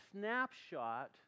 snapshot